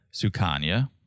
Sukanya